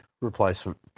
replacement